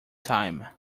time